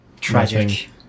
tragic